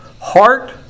heart